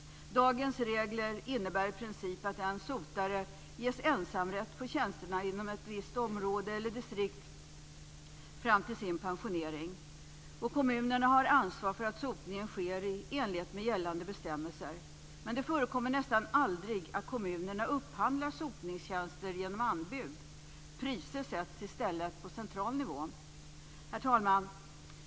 Dagens regler innebär i princip att en sotare ges ensamrätt på tjänsterna inom ett visst område eller distrikt fram till sin pensionering. Kommunerna har ansvar för att sotningen sker i enlighet med gällande bestämmelser. Men det förekommer nästan aldrig att kommunerna upphandlar sotningstjänster genom anbud. Priser sätts i stället på central nivå. Herr talman!